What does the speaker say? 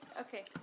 Okay